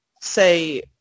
say